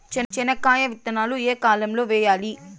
చెనక్కాయ విత్తనాలు ఏ కాలం లో వేయాలి?